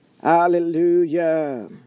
Hallelujah